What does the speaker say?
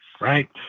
right